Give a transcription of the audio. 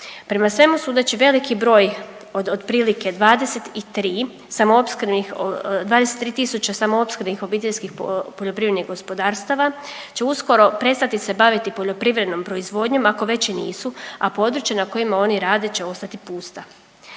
Prema svemu sudeći, veliki broj od otprilike 23 samoopskrbnih, 23 tisuće samoopskrbnih OPG-ova će uskoro prestati se baviti poljoprivrednom proizvodnjom, ako već i nisu, a područja na kojima oni rade će ostati pusta.